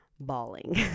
bawling